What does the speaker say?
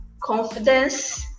confidence